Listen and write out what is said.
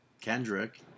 Kendrick